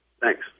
Thanks